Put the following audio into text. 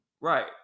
Right